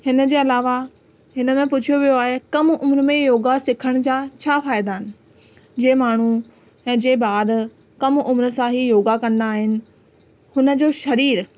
हिनजे अलावा हिन में पुछियो वियो आहे कम उमिरि में योगा सिखण जा छा फ़ाइदा आहिनि जे माण्हू हे जे ॿार कम उमिरि सां ई योगा कंदा आहिनि हुनजो शरीर